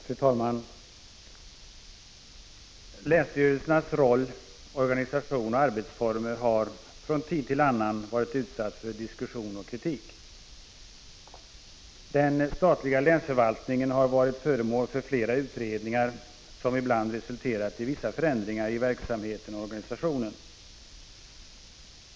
Fru talman! Länsstyrelsernas roll, organisation och arbetsformer har från tid till annan utsatts för diskussion och kritik. Den statliga länsförvaltningen har varit föremål för flera utredningar, som ibland resulterat i vissa förändringar av verksamheten och organisationen.